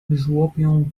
żłopią